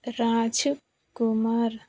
Raja Kumar